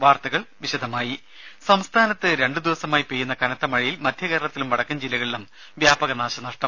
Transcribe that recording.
വാർത്തകൾ വിശദമായി സംസ്ഥാനത്ത് രണ്ടു ദിവസമായി പെയ്യുന്ന കനത്ത മഴയിൽ മധ്യകേരളത്തിലും വടക്കൻ ജില്ലകളിലും വ്യാപക നാശം